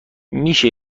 میشه